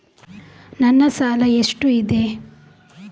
ನನ್ನ ಸಾಲ ಎಷ್ಟು ಇದೆ?